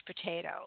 potato